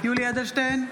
יולי יואל אדלשטיין,